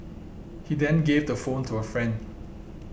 he then gave the phone to a friend